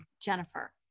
Jennifer